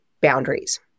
boundaries